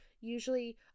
Usually